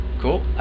Cool